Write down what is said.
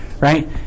right